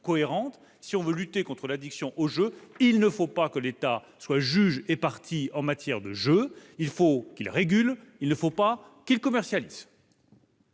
cohérente : si on veut lutter contre l'addiction au jeu, il ne faut pas que l'État soit juge et partie en la matière. Il faut qu'il régule, il ne faut pas qu'il commercialise.